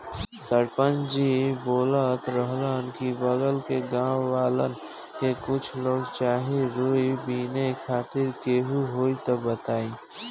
सरपंच जी बोलत रहलन की बगल के गाँव वालन के कुछ लोग चाही रुआ बिने खातिर केहू होइ त बतईह